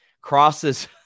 crosses